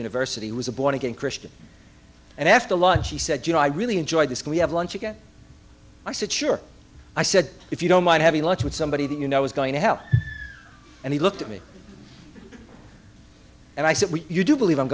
university was a born again christian and after lunch he said you know i really enjoyed this can we have lunch again i said sure i said if you don't mind having lunch with somebody that you know is going to help and he looked at me and i said you do believe i